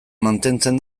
mantentzen